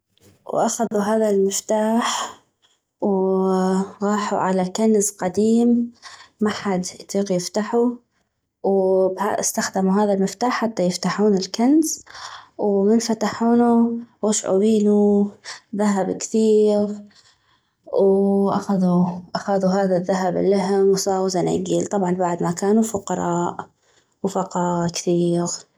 واخذو هذا المفتاح وغاحو على كنز قديم محد يطيق يفتحو واستخدمو هذا المفتاح حتى يفتحون الكنز ومن فتحونو غشعو بينو ذهب كثيغ واخذو اخذو هذا الذهب الهم وصاغو زنيكيل طبعاً بعد ما كلنو فقراء وفقاغا كثيغ